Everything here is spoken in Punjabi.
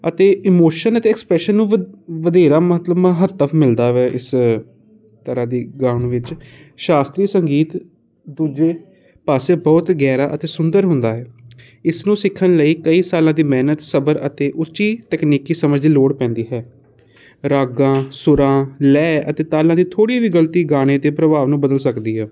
ਅਤੇ ਇਮੋਸ਼ਨ ਅਤੇ ਐਕਸਪ੍ਰੈਸ਼ਨ ਨੂੰ ਵ ਵਧੇਰਾ ਮਤਲਬ ਮਹੱਤਵ ਮਿਲਦਾ ਹੈ ਇਸ ਤਰ੍ਹਾਂ ਦੀ ਗਾਉਣ ਵਿੱਚ ਸ਼ਾਸਤਰੀ ਸੰਗੀਤ ਦੂਜੇ ਪਾਸੇ ਬਹੁਤ ਗਹਿਰਾ ਅਤੇ ਸੁੰਦਰ ਹੁੰਦਾ ਹੈ ਇਸ ਨੂੰ ਸਿੱਖਣ ਲਈ ਕਈ ਸਾਲਾਂ ਦੀ ਮਿਹਨਤ ਸਬਰ ਅਤੇ ਉੱਚੀ ਤਕਨੀਕੀ ਸਮਝ ਦੀ ਲੋੜ ਪੈਂਦੀ ਹੈ ਰਾਗਾਂ ਸੁਰਾਂ ਲੈਅ ਅਤੇ ਤਾਲਾਂ ਦੀ ਥੋੜ੍ਹੀ ਵੀ ਗਲਤੀ ਗਾਣੇ 'ਤੇ ਪ੍ਰਭਾਵ ਨੂੰ ਬਦਲ ਸਕਦੀ ਹੈ